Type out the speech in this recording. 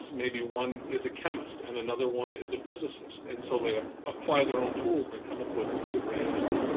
maybe one is a chemist and another one is a physicist and so they ah apply their own tools and come up with different answers.